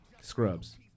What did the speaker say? Scrubs